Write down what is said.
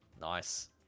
nice